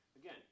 Again